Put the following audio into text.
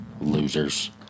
losers